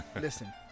listen